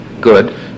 good